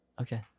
okay